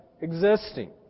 existing